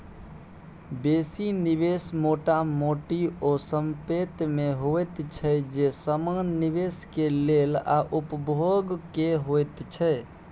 बेसी निवेश मोटा मोटी ओ संपेत में होइत छै जे समान निवेश के लेल आ उपभोग के होइत छै